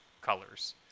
colors